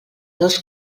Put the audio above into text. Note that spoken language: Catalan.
dos